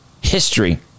history